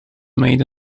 made